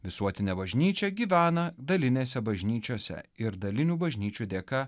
visuotinę bažnyčią gyveną dalinėse bažnyčiose ir dalinių bažnyčių dėka